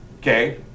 Okay